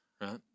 right